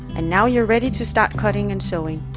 and now you are ready to start cutting and sewing.